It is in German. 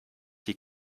die